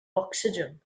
ocsigen